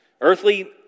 Earthly